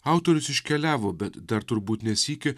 autorius iškeliavo bet dar turbūt ne sykį